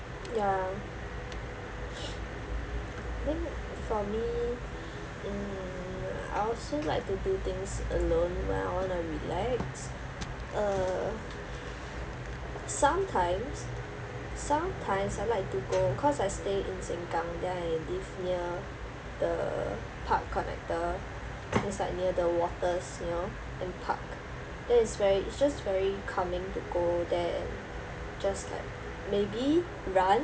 ya I think for me mm I also like to do things alone when I want to relax uh sometimes sometimes I like to go cause I stay in sengkang then I live near the park connector just like near the waters you know then park that is very it's just very calming to go there and just like maybe run